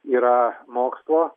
yra mokslo